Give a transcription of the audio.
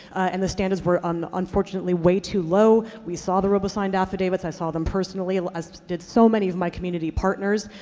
and the standards were, um unfortunately, way too low. we saw the robo-signed affidavits. i saw them personally, as did so many of my community partners.